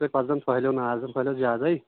تۄہہِ پَتہٕ زَن پھٲلیو نار زَن پھٲلیو زیادَے